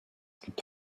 gibt